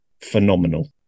phenomenal